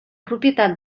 propietat